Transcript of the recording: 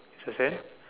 is the same